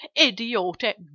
idiotic